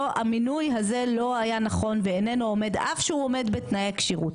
שהמינוי הזה לא היה נכון אף שהוא עומד בתנאי הכשירות,